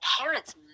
parents